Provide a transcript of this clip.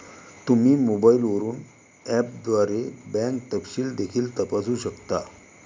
तुम्ही मोबाईलवरून ऍपद्वारे बँक तपशील देखील तपासू शकता